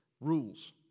rules